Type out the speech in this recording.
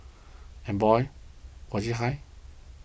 and boy was it high